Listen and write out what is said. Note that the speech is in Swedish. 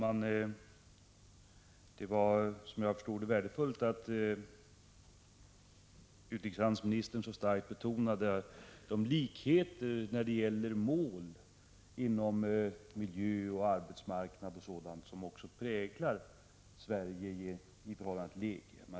Fru talman! Det var värdefullt att utrikeshandelsministern så starkt betonade likheterna när det gäller målen i fråga om miljö, arbetsmarknad m.m. som präglar Sverige och EG.